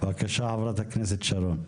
בבקשה חברת הכנסת שרון.